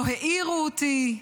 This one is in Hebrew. לא העירו אותי.